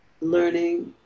learning